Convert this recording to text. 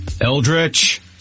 Eldritch